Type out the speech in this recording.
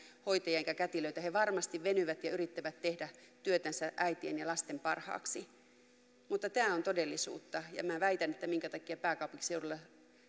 hoitajia enkä kätilöitä he varmasti venyvät ja yrittävät tehdä työtänsä äitien ja lasten parhaaksi mutta tämä on todellisuutta ja minä väitän että yksi syy siihen minkä takia pääkaupunkiseudulla